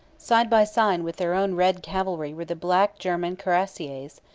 side by side with their own red cavalry were the black german cuirassiers,